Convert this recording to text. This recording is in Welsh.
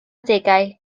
adegau